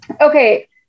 Okay